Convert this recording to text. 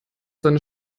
seine